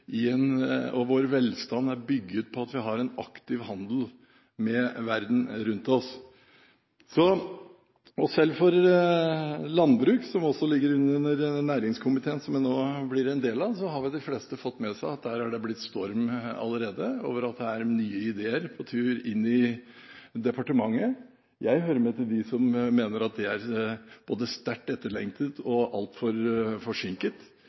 åpen økonomi, og vår velstand er bygget på at vi har en aktiv handel med verden rundt oss. Selv for landbruk, som også ligger under næringskomiteen, som jeg nå blir en del av, har vel de fleste fått med seg at det er blitt storm allerede over at det er nye ideer på tur inn i departementet. Jeg hører med til dem som mener at det er både sterkt etterlengtet og altfor forsinket.